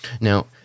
Now